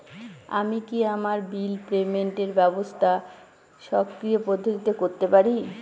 আমি কি আমার বিল পেমেন্টের ব্যবস্থা স্বকীয় পদ্ধতিতে করতে পারি?